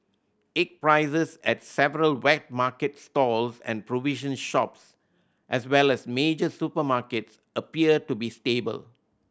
egg prices at several wet market stalls and provision shops as well as major supermarkets appear to be stable